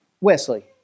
Wesley